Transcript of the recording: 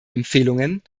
empfehlungen